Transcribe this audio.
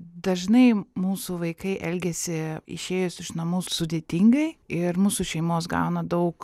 dažnai mūsų vaikai elgiasi išėjus iš namų sudėtingai ir mūsų šeimos gauna daug